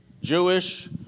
Jewish